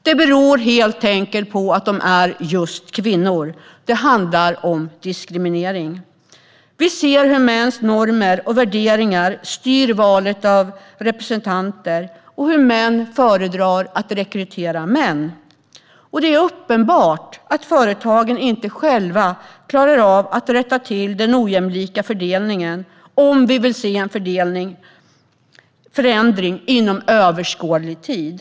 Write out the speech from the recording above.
Det beror helt enkelt på att de är just kvinnor. Det handlar om diskriminering. Vi ser hur mäns normer och värderingar styr valet av representanter och hur män föredrar att rekrytera män. Det är uppenbart att företagen inte själva klarar av att rätta till den ojämlika fördelningen om vi vill se en förändring inom överskådlig tid.